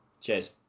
Cheers